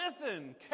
Listen